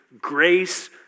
grace